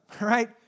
right